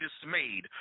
dismayed